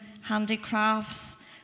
handicrafts